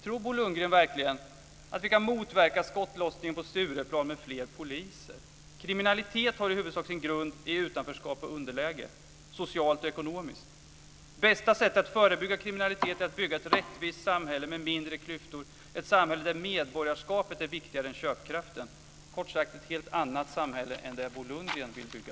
Tror Bo Lundgren verkligen att vi kan motverka skottlossningen på Stureplan med fler poliser? Kriminalitet har i huvudsak sin grund i utanförskap och underläge, socialt och ekonomiskt. Det bästa sättet att förebygga kriminalitet är att bygga ett rättvist samhälle med mindre klyftor, ett samhälle där medborgarskapet är viktigare än köpkraften - kort sagt ett helt annat samhälle än det Bo Lundgren vill bygga.